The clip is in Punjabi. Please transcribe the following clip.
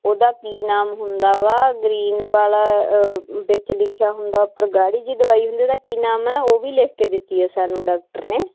ਉਹਦਾ ਕੀ ਨਾਮ ਹੁੰਦਾ ਵਾ ਗ੍ਰੀਨ ਵਾਲਾ ਵਿੱਚ ਲਿਖਿਆ ਹੁੰਦਾ ਉੱਪਰ ਗਾੜੀ ਜਿਹੀ ਦਵਾਈ ਹੁੰਦੀ ਉਹਦਾ ਕੀ ਨਾਮ ਆ ਉਹ ਵੀ ਲਿਖ ਕੇ ਦਿੱਤੀ ਹੈ ਸਾਨੂੰ ਡਾਕਟਰ ਨੇ